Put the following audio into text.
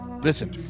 Listen